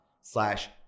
slash